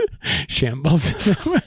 shambles